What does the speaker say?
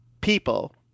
people